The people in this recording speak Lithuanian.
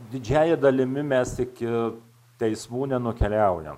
didžiąja dalimi mes iki teismų nenukeliaujam